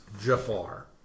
Jafar